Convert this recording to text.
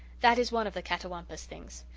that is one of the catawampus things.